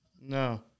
No